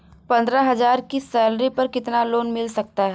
पंद्रह हज़ार की सैलरी पर कितना लोन मिल सकता है?